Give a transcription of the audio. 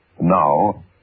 Now